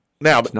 Now